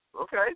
okay